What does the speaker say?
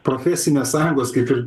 profesinės sąjungos kaip ir